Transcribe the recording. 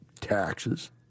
taxes